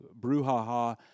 brouhaha